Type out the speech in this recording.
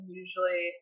usually